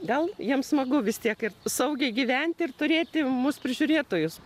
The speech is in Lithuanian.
gal jiems smagu vis tiek ir saugiai gyventi ir turėti mus prižiūrėtojus